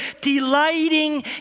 delighting